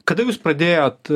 kada jūs pradėjot